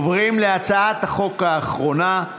עוברים להצעת החוק האחרונה,